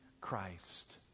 Christ